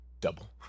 Double